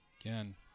Again